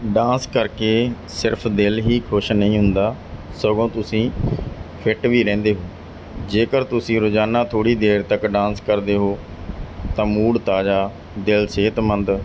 dance ਕਰਕੇ ਸਿਰਫ ਦਿਲ ਹੀ ਖੁਸ਼ ਨਹੀਂ ਹੁੰਦਾ ਸਗੋਂ ਤੁਸੀਂ ਫਿੱਟ ਵੀ ਰਹਿੰਦੇ ਹੋ ਜੇਕਰ ਤੁਸੀਂ ਰੋਜ਼ਾਨਾ ਥੋੜ੍ਹੀ ਦੇਰ ਤੱਕ ਡਾਂਸ ਕਰਦੇ ਹੋ ਤਾਂ ਮੂਡ ਤਾਜ਼ਾ ਦਿਲ ਸਿਹਤਮੰਦ